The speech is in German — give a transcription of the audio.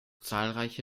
zahlreiche